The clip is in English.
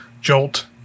jolt